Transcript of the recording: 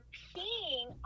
peeing